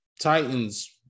Titans